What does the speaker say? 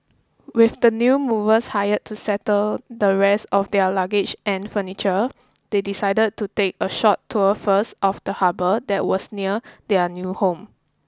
with the new movers hired to settle the rest of their luggage and furniture they decided to take a short tour first of the harbour that was near their new home